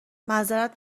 معظرت